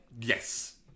Yes